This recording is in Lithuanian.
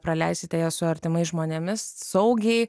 praleisite jas su artimais žmonėmis saugiai